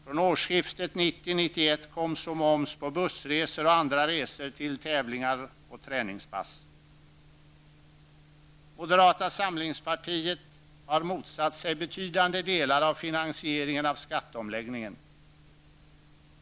Från årsskiftet 1990--1991 kom så moms på bussresor och andra resor till tävlingar och träningspass. Moderata samlingspartiet har motsatt sig betydande delar av finansieringen av skatteomläggningen.